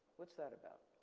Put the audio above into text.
what's that about?